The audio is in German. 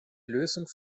lösung